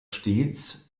stets